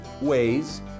ways